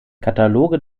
kataloge